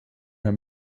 herr